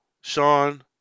Sean